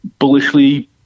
bullishly